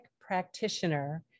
practitioner